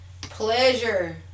Pleasure